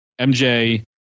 MJ